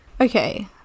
Okay